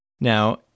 Now